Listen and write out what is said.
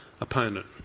Opponent